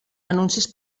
anuncis